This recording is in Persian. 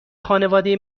خانواده